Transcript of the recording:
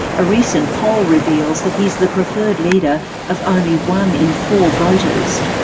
a recent poll reveals that he's the preferred leader of only one in four voters.